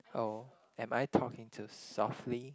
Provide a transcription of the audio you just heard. oh am I talking too softly